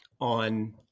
on